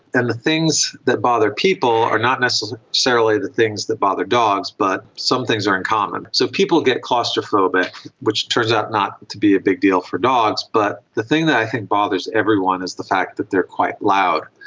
and the things that bother people are not necessarily the things that bother dogs, but some things are in common. so people get claustrophobic, which turns out not to be a big deal for dogs. but the thing that i think bothers everyone is the fact that they are quite loud.